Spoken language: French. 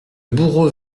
bourreau